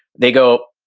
they go,